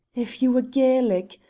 if you were gaelic,